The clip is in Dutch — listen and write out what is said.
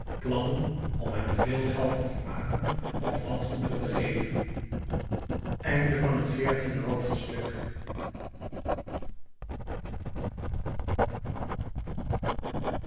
plannen om hem veel geld te vermaken of landgoederen te geven p a